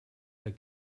ihr